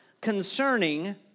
concerning